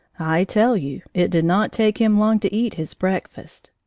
i tell you it did not take him long to eat his breakfast.